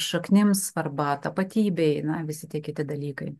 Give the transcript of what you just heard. šaknims svarba tapatybei na visi tie kiti dalykai